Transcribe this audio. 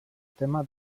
tema